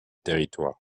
territoires